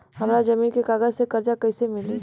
हमरा जमीन के कागज से कर्जा कैसे मिली?